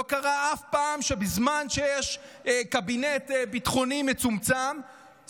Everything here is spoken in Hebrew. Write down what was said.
לא קרה אף פעם שבזמן שיש קבינט ביטחוני מצומצם,